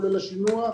כולל השינוע,